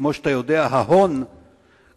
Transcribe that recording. כמו שאתה יודע, ההון קורץ